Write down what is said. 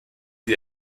die